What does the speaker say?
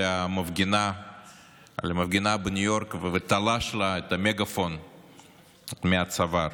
המפגינה בניו יורק ותלש לה את המגפון מהצוואר,